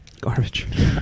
Garbage